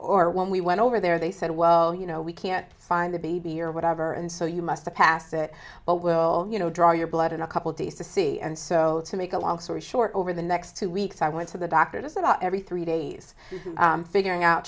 or when we went over there they said well you know we can't find the baby or whatever and so you must pass it but we'll you know draw your blood in a couple days to see and so to make a long story short over the next two weeks i went to the doctor just about every three days figuring out